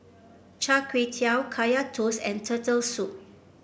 Char Kway Teow Kaya Toast and Turtle Soup